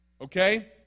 Okay